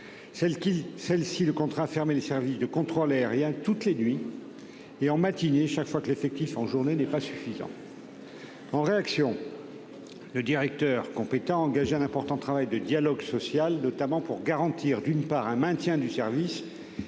ce qui l'a contraint à fermer les services de contrôle aérien durant la nuit, et en matinée chaque fois que l'effectif en journée n'est pas suffisant. En réaction, le directeur compétent a engagé un important travail de dialogue social, notamment pour garantir, d'une part, un maintien du service